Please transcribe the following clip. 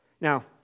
Now